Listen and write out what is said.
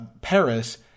Paris